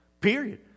Period